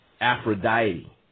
Aphrodite